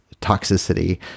toxicity